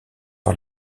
par